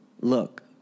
Look